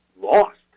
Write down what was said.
lost